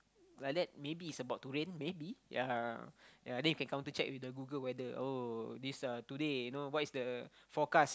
like that maybe it's about to rain maybe ya ya then you can counter check with the Google weather oh this uh today know what is the forecast